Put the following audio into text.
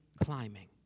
climbing